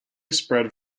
spread